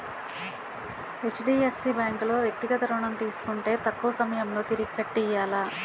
HDFC bank లో వ్యక్తిగత ఋణం తీసుకుంటే తక్కువ సమయంలో తిరిగి కట్టియ్యాల